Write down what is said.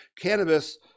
Cannabis